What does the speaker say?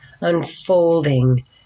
unfolding